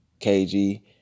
KG